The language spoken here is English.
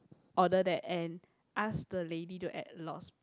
order that and ask the lady to add lots